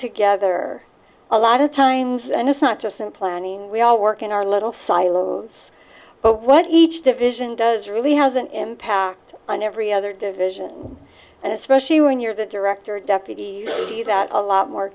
together a lot of times and it's not just in planning we all work in our little silos but what each division does really has an impact on every other division and especially when you're the director deputy you got a lot more